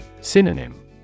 Synonym